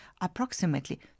approximately